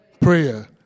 Prayer